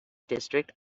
district